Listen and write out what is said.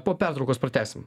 po pertraukos pratęsim